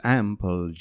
ample